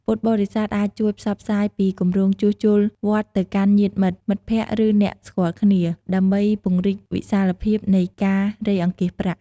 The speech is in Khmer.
ពុទ្ធបរិស័ទអាចជួយផ្សព្វផ្សាយពីគម្រោងជួសជុលវត្តទៅកាន់ញាតិមិត្ត មិត្តភក្តិ ឬអ្នកស្គាល់គ្នា ដើម្បីពង្រីកវិសាលភាពនៃការរៃអង្គាសប្រាក់។